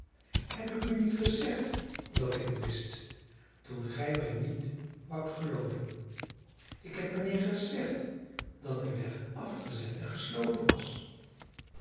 heb ik u niet gezegd dat ik het wist toen gij mij niet woudt gelooven ik heb mijnheer gezegd dat de weg afgezet en gesloten was